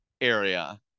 area